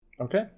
okay